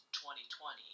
2020